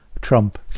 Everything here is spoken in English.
Trump